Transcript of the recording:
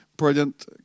brilliant